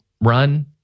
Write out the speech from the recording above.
run